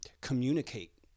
communicate